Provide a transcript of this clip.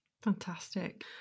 Fantastic